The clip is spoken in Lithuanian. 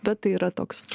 bet tai yra toks